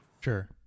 Sure